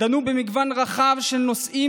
דנו במגוון רחב של נושאים.